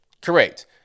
Correct